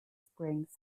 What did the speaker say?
springs